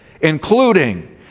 including